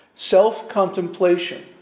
Self-contemplation